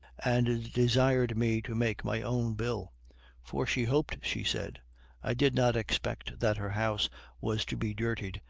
and desired me to make my own bill for she hoped, she said i did not expect that her house was to be dirtied,